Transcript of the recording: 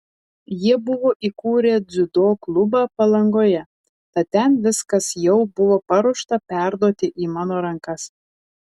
jie buvo įkūrę dziudo klubą palangoje tad ten viskas jau buvo paruošta perduoti į mano rankas